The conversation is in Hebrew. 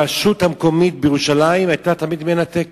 הרשות המקומית בירושלים היתה תמיד מנתקת.